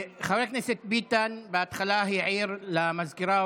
חבר הכנסת ביטן בהתחלה העיר למזכירה,